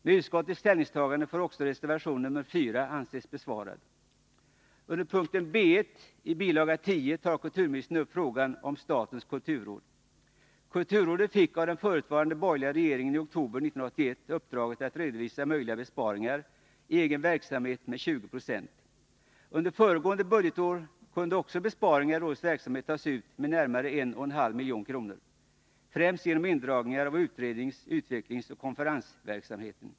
Med utskottets ställningstagande får också reservation nr 4 anses besvarad. Under punkten B 1 i bil. 10 tar kulturministern upp frågan om statens kulturråd. Kulturrådet fick av den förutvarande borgerliga regeringen i oktober 1981 uppdraget att redovisa möjliga besparingar i egen verksamhet med 20 26. Under föregående budgetår kunde också besparingar i rådets verksamhet tas ut med närmare 1,5 milj.kr., främst genom indragningar av utrednings-, utvecklingsoch konferensverksamhet.